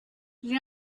j’ai